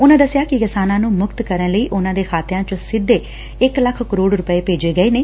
ਉਨਾਂ ਦਸਿਆ ਕਿ ਕਿਸਾਨਾਂ ਨੰ ਮੁਕਤ ਕਰਨ ਲਈ ਉਨਾਂ ਦੇ ਖਾਤਿਆਂ ਚ ਸਿੱਧੇ ਇਕ ਲੱਖ ਕਰੋੜ ਰੁਪੈ ਭੇਜੇ ਗਏ ਨੇ